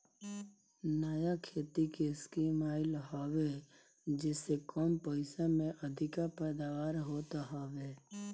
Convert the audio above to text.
नया खेती के स्कीम आइल हवे जेसे कम पइसा में अधिका पैदावार होत हवे